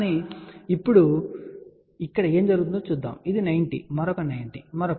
కానీ ఇప్పుడు ఇక్కడ ఏమి జరుగుతుందో చూద్దాం ఇది 90 మరొక 90 మరొక 90